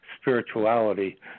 spirituality